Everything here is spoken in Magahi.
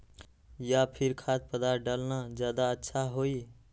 या फिर खाद्य पदार्थ डालना ज्यादा अच्छा होई?